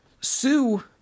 Sue